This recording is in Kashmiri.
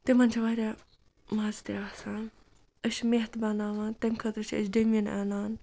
تِمَن چھِ واریاہ مَزٕ تہِ آسان أسۍ مٮ۪تھ بَناوان تَمہِ خٲطرٕ چھِ أسۍ ڈیٚمِنۍ اَنان